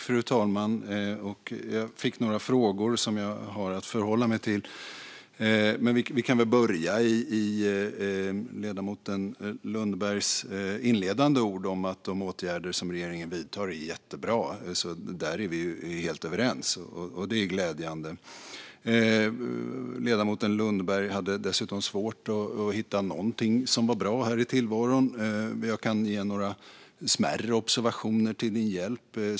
Fru talman! Jag fick några frågor som jag har att förhålla mig till, men vi kan väl börja med ledamoten Lundbergs inledande ord om att de åtgärder som regeringen vidtar är jättebra. Där är vi helt överens, och det är glädjande. Ledamoten Lundberg hade dessutom svårt att hitta någonting som är bra här i tillvaron. Jag kan göra några smärre observationer till hennes hjälp.